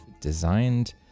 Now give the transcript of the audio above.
designed